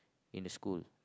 in the school